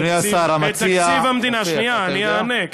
אדוני השר, המציע, שנייה, אני אענה.